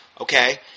Okay